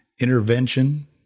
intervention